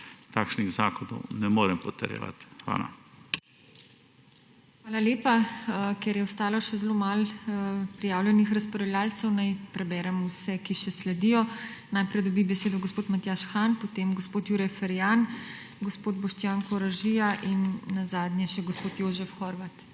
takšnih zakonov ne morem potrjevati. Hvala. PODPREDSEDNICA TINA HEFERLE: Hvala lepa. Ker je ostalo še zelo malo prijavljenih razpravljavcev, naj preberem vse, ki še sledijo. Najprej dobi besedo gospod Matjaž Han, potem gospod Jure Ferjan, gospod Boštjan Koražija in nazadnje še gospod Jožef Horvat.